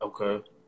Okay